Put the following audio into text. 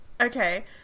Okay